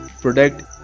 product